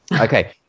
okay